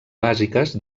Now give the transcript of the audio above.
bàsiques